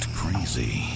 crazy